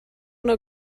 una